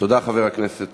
תודה, חבר הכנסת